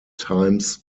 times